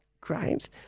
great